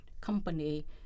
company